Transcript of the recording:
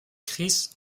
chris